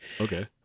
Okay